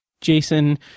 Jason